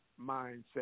Mindset